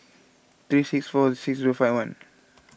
three six five four six zero five one